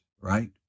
right